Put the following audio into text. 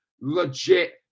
legit